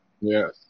Yes